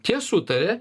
tie sutaria